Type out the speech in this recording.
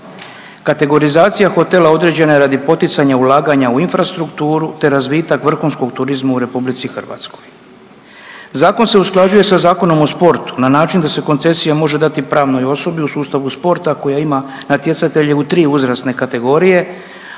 Kategorizacija hotela određena je radi poticanja ulaganja u infrastrukturu te razvitak vrhunskog turizma u RH. Zakon se usklađuje sa Zakonom o sportu na način da se koncesija može dati pravnoj osobi u sustavu sporta koja ima natjecatelje u tri uzrasne kategorije,